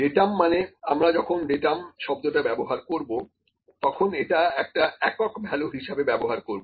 datum মানে আমরা যখন ডেটাম শব্দটা ব্যবহার করব তখন এটা একটা একক ভ্যালু হিসেবে ব্যবহার করব